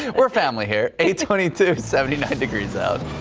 we're family here a twenty to seventy nine degrees out.